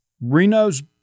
Reno's